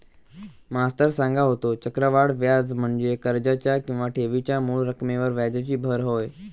मास्तर सांगा होतो, चक्रवाढ व्याज म्हणजे कर्जाच्या किंवा ठेवीच्या मूळ रकमेवर व्याजाची भर होय